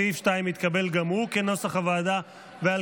סעיף 2, כנוסח הוועדה, התקבל גם הוא.